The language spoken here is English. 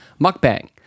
mukbang